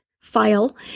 file